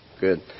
Good